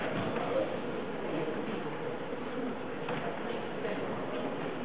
יושב-ראש הכנסת בנימין